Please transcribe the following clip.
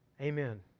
Amen